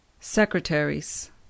Secretaries